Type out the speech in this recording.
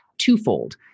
twofold